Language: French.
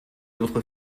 votre